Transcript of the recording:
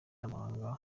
n’amahanga